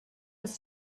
was